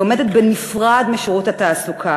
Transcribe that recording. היא עומדת בנפרד משירות התעסוקה,